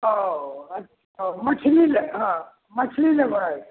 औ मछली लेबहक मछली लेबै